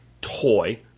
toy